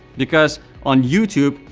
because on youtube,